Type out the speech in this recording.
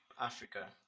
Africa